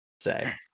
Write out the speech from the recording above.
say